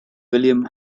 william